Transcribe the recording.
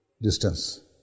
distance